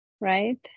right